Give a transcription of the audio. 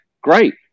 Great